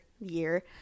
year